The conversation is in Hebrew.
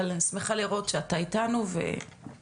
אבל אני שמחה לראות שאתה איתנו וקיים.